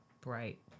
bright